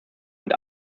mit